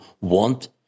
want